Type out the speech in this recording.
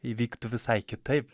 įvyktų visai kitaip